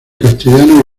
castellano